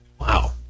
Wow